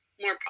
more